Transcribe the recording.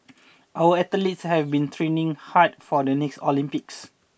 our athletes have been training hard for the next Olympics